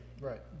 Right